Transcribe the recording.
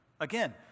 Again